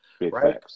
right